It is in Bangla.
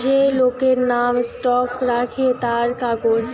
যে লোকের নাম স্টক রাখে তার কাগজ